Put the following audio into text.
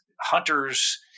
hunters